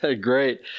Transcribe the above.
Great